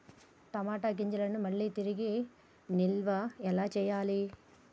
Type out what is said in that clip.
టమాట గింజలను మళ్ళీ తిరిగి నిల్వ ఎలా చేయాలి?